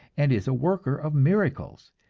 and is a worker of miracles.